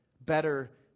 better